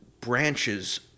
branches